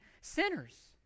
sinners